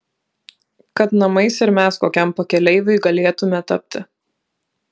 kad namais ir mes kokiam pakeleiviui galėtumėme tapti